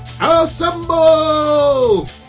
Assemble